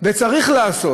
וצריך לעשות.